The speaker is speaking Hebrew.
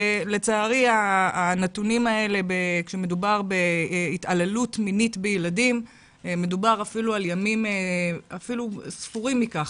לצערי כאשר מדובר בהתעללות מינית בילדים מדובר בימים פחותים מכך.